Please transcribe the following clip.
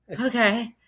okay